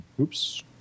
oops